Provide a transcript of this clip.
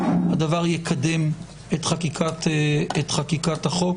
הדבר יקדם את חקיקת החוק.